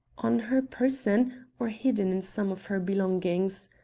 on her person or hidden in some of her belongings?